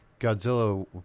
godzilla